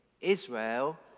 Israel